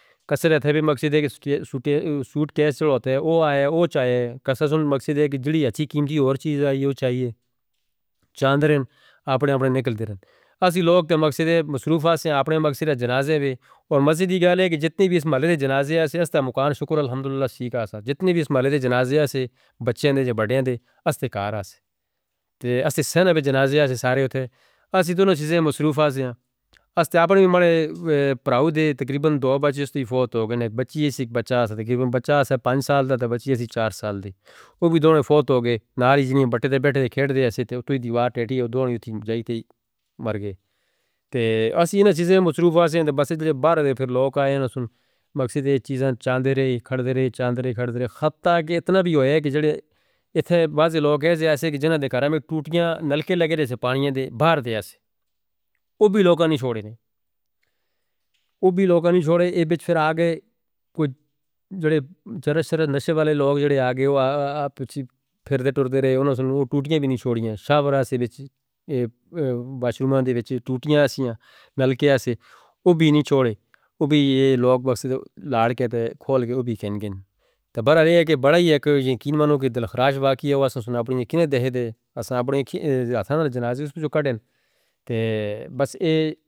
کساں دا تھیب مقصد ہے کہ سوٹکیس چڑھتے ہیں، اوہ آئے اوہ چاہیے۔ کساں دا مقصد ہے کہ جڑی اچھی کیمت کی اور چیز آئے اوہ چاہیے، چاندھ رہیں، آپنے آپنے نکل دے رہیں۔ اسی لوگ تا مقصدے مصروف آسن، اپنے مقصدے جنازے وی، اور مسجد دی گال ہے کہ جتنی بھی اس مالے دے جنازے آسن، اس دا مکان شکر الحمدللہ سی کا سا، جتنی بھی اس مالے دے جنازے آسن، بچے دے، بڑے دے، اس دے کار آسن۔ اسی سنہ دے جنازے آسن سارے اتھے، اسی دونوں چیزیں مصروف آسن۔ اس دے اپنے بڑے پراؤ دے تقریباً دو بچی اس دی فوت ہو گئے ہیں، بچی اس ایک بچہ اس دا تقریباً بچہ اس پانچ سال دا، بچی اس چار سال دی۔ وہ بھی دونوں فوت ہو گئے، نالی جنی بٹے تھے بیٹھے کھڑے تھے، وہ توڑی دیوار ٹیٹی، وہ دونوں اتھی بیٹھے مر گئے۔ تے اسی انہاں چیزیں مصروف آسن، بس جدو بلارہ دے پھر لوگ آئے ہیں، مقصدے چیزاں چاندے رہے، کھڑتے رہے، چاندے رہے، کھڑتے رہے۔ خطہ کہ اتنا بھی ہویا ہے کہ جڑے اتھے بعض لوگ ہیں، ایسے کی جنہاں دے کھاراں میں ٹوٹیاں نلکے لگے رہے تھے پانیان دے، باہر دے ہیں۔ وہ بھی لوگاں نہیں چھوڑے۔ وہ بھی لوگاں نہیں چھوڑے۔ ایہ بچ پھر آگئے، کچھ جڑے ترشتر نشے والے لوگ جڑے آگئے، وہ پچھے پھرتے ٹردے رہے، انہوں نے سنو ٹوٹیاں بھی نہیں چھوڑیاں، سابرا سے بچ، باترومہ دے بچ ٹوٹیاں ہاسیاں، ملکے ہاسے، وہ بھی نہیں چھوڑے۔ وہ بھی یہ لوگ مقصدے لاد کہتے کھول کے، وہ بھی کھینکیں۔ تے برحال ہے کہ بڑا ہی ہے کہ یقین مانوں کہ دلخشاش واقعی ہے واسن سنو اپنی، کنے دہے دے، اساں اپنی ہاتھانال جنازے اس کو جو کٹیں۔ تے بس ایہ۔